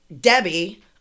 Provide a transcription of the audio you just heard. Debbie